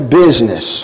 business